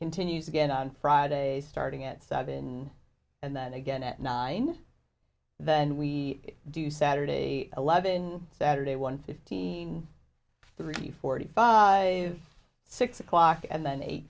continues again on friday starting at seven and then again at nine then we do saturday eleven saturday one fifteen three forty five is six o'clock and then eight